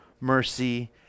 mercy